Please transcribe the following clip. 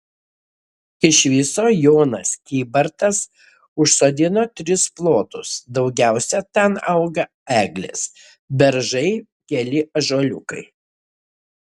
iš viso jonas kybartas užsodino tris plotus daugiausiai ten auga eglės beržai keli ąžuoliukai